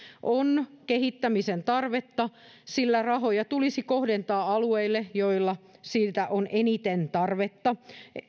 on kehittämisen tarvetta sillä rahoja tulisi kohdentaa alueille joilla niille on eniten tarvetta